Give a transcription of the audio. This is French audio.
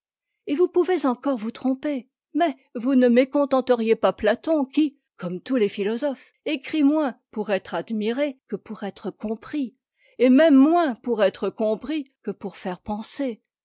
et vous pouvez encore vous tromper mais vous ne mécontenteriez pas platon qui comme tous les philosophes écrit moins pour être admiré que pour être compris et même moins pour être compris que pour faire penser